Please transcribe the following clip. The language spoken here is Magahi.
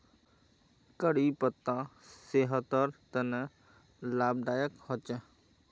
करी पत्ता सेहटर तने लाभदायक होचे